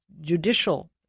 judicial